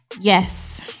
yes